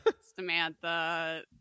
Samantha